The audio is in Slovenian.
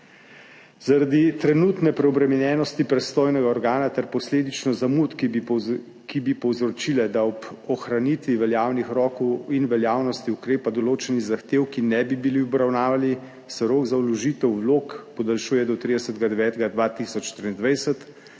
Zaradi trenutne preobremenjenosti pristojnega organa ter posledično zamud, ki bi povzročile, da ob ohranitvi veljavnih rokov in veljavnosti ukrepa določeni zahtevki ne bi bili obravnavani, se rok za vložitev vlog podaljšuje do 30.